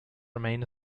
remain